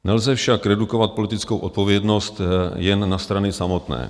Nelze však redukovat politickou odpovědnost jen na strany samotné.